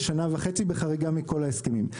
זה היה בשנה וחצי בחריגה מכל ההסכמים.